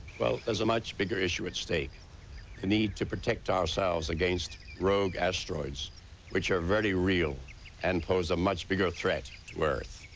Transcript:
well, there's a much bigger issue at stake the need to protect ourselves against rogue teroids which are very real and pose a much bigger threat to earth.